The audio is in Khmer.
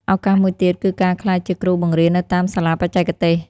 ឱកាសមួយទៀតគឺការក្លាយជាគ្រូបង្រៀននៅតាមសាលាបច្ចេកទេស។